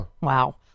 Wow